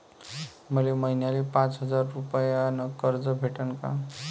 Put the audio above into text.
मले महिन्याले पाच हजार रुपयानं कर्ज भेटन का?